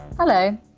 Hello